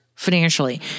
financially